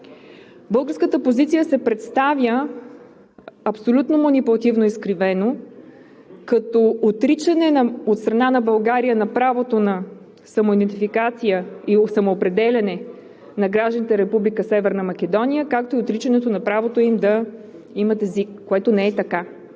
Българската позиция се представя абсолютно манипулативно и изкривено, като отричане от страна на България на правото на самоидентификация и самоопределяне на гражданите на Република Северна Македония, както и отричането на правото им да имат език, което не е така.